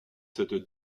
cette